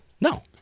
No